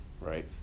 right